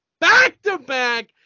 back-to-back